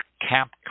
Cap